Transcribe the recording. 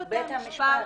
המשפט.